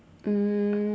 um